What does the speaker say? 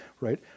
right